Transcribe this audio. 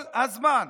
כל הזמן.